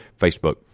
Facebook